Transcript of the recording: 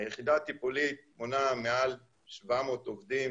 היחידה התפעולית מונה מעל 700 עובדים